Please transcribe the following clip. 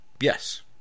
Yes